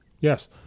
yes